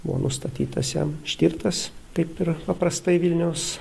buvo nustatytas jam ištirtas kaip ir paprastai vilniaus